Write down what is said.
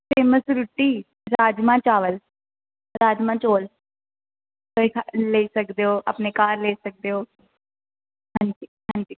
famous रुट्टी राजमां चावल राजमां चौल लेई सकदे ओ अपने घर लेई सकदे ओ हंजी हंजी